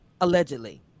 allegedly